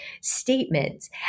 statements